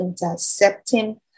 intercepting